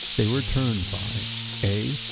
they were turned by a.